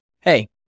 Hey